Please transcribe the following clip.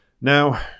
Now